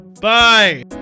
Bye